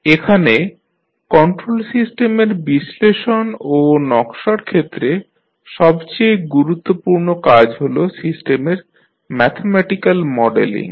এখানে কন্ট্রোল সিস্টেমের বিশ্লেষণ ও নকশার ক্ষেত্রে সবচেয়ে গুরুত্বপূর্ণ কাজ হল সিস্টেমের ম্যাথমেটিক্যাল মডেলিং